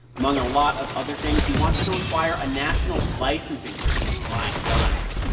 among a lot of other things, he wants to require a national licensing system for buying guns.